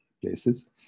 places